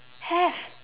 have